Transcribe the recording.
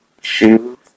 Shoes